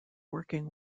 working